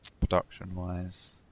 production-wise